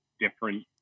different